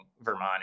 Vermont